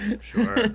sure